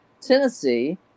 Tennessee